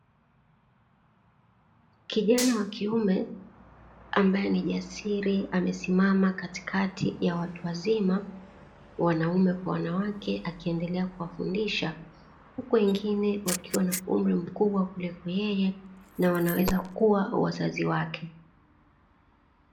Kijana wakiume ambaye ni jasiri amesimama katikati ya watu wazima (wanaume kwa wanawake), akiendelea kuwafundisha huku wengine wakiwa na umri mkubwa kuliko yeye na wanaweza kuwa wazazi wake.